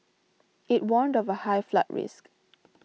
it warned of a high flood risk